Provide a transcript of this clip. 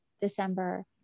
December